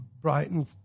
Brighton